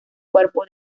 cuerpo